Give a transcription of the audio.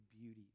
beauty